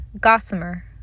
gossamer